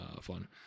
fun